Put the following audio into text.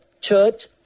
church